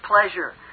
pleasure